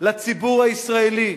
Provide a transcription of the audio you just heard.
לציבור הישראלי,